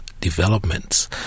developments